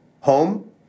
home